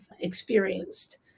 experienced